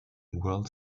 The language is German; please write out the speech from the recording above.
world